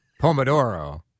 Pomodoro